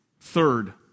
Third